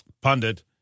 Pundit